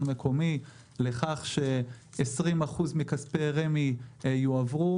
המקומי לכך ש-20% מכספי רמ"י יועברו